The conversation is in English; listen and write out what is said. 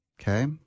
okay